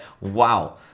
Wow